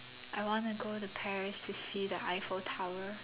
I wanna go to Paris to see the Eiffel Tower